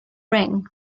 ring